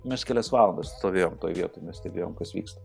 mes kelias valandas stovėjom toj vietoj mes stebėjom kas vyksta